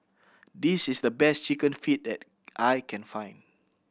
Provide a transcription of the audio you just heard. this is the best Chicken Feet that I can find